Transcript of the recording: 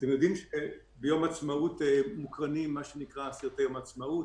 אתם יודעים שביום העצמאות מוקרנים מה שנקרא "סרטי יום העצמאות",